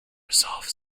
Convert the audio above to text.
resolve